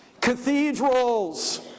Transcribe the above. Cathedrals